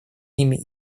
ними